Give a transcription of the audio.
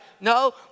No